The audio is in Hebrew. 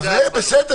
אלה ההגבלות.